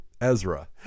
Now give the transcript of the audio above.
Ezra